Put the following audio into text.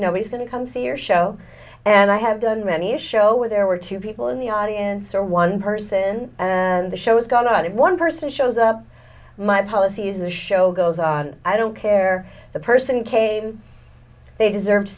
nobody's going to come see your show and i have done many a show where there were two people in the audience or one person and the show's got it one person shows up my policy is the show goes on i don't care the person came they deserve to